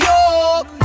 York